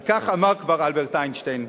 על כך אמר כבר אלברט איינשטיין: